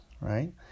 right